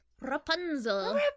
Rapunzel